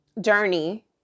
journey